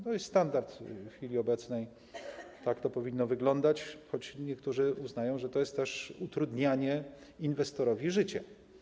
To jest standard w chwili obecnej, tak to powinno wyglądać, choć niektórzy uznają, że to jest też utrudnianie inwestorowi życia.